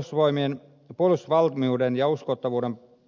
suomen puolustusvalmiuden ja